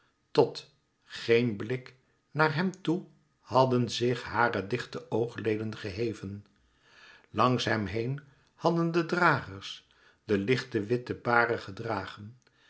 tot geen blik naar hem toe hadden zich hare dichte oogeleden geheven langs hem heen hadden de dragers de lichte witte bare gedragen